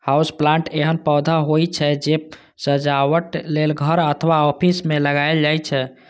house plant एहन पौधा होइ छै, जे सजावट लेल घर अथवा ऑफिस मे लगाएल जाइ छै